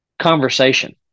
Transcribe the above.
conversation